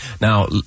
Now